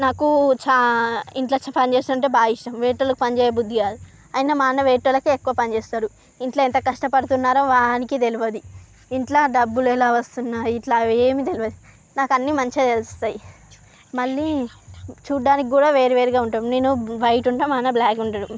నాకు చా ఇంట్లో పని చేయడం అంటే చాలా ఇష్టం వేరేవాళ్ళకి పని చేయ బుద్ధి కాదు అయినా మా అన్న వేరేవాళ్ళకే ఎక్కువ పని చేస్తాడు ఇంట్లో ఎంత కష్టపడుతున్నారో వానికి తెలవదు ఇంట్లో డబ్బులు ఎలా వస్తున్నాయి ఇట్లా ఏమీ తెలవదు నాకు అన్ని మంచిగా తెలుస్తాయి మళ్ళీ చూడడానికి కూడా వేరువేరుగా ఉంటాం నేను వైట్ ఉంటాను మా అన్న బ్లాక్ ఉంటాడు